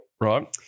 Right